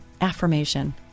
Affirmation